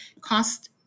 cost